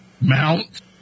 mount